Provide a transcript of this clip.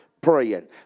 praying